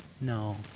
No